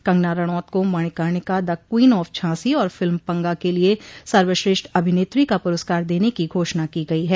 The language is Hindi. कंगना रणौत को Manikarnika the Queen of Jhansi और फिल्म पंगा के लिए सर्वश्रेष्ठ अभिनेत्री का पुरस्कार देने की घोषणा की गई है